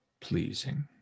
pleasing